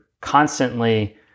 constantly